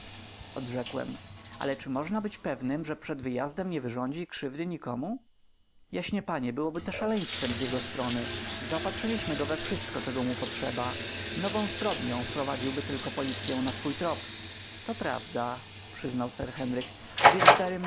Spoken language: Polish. łotra odrzekłem ale czy można być pewnym że przed wyjazdem nie wyrządzi krzywdy nikomu jaśnie panie byłoby to szaleństwem z jego strony zaopatrzyliśmy go we wszystko czego mu potrzeba nową zbrodnią wprowadziłby tylko policyę na swój trop to prawda przyznał sir henryk a więc barrymore